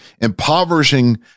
impoverishing